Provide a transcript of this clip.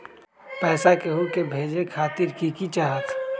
पैसा के हु के भेजे खातीर की की चाहत?